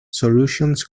solutions